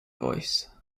voice